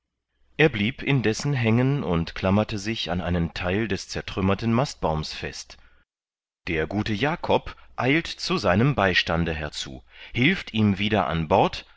er blieb indessen hängen und klammerte sich an einen theil des zertrümmerten mastbaums fest der gute jakob eilt zu seinem beistande herzu hilft ihm wieder an bord